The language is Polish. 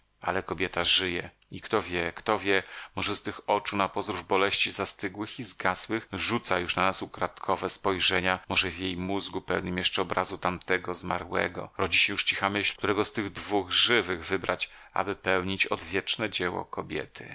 ale kobieta żyje i kto wie kto wie może z tych oczu na pozór w boleści zastygłych i zgasłych rzuca już na nas ukradkowe spojrzenia może w jej mózgu pełnym jeszcze obrazu tamtego zmarłego rodzi się już cicha myśl którego z tych dwóch żywych wybrać aby pełnić odwieczne dzieło kobiety